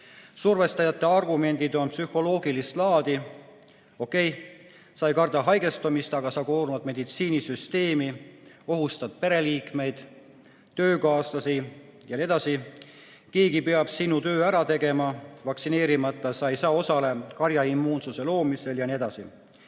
Survestajate argumendid on psühholoogilist laadi. Okei, sa ei karda haigestumist, aga sa koormad meditsiinisüsteemi, ohustad pereliikmeid, töökaaslasi jne. Keegi peab sinu töö ära tegema, vaktsineerimata sa ei saa osaleda karjaimmuunsuse loomisel jne.